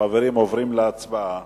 חברים, עוברים להצבעה.